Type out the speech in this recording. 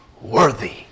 worthy